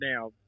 now